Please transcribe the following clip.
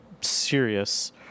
serious